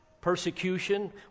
persecution